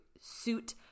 suit